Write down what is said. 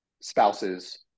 spouses